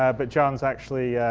ah but john's actually,